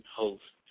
host